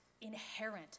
inherent